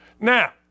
Now